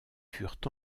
furent